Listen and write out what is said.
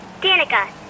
Danica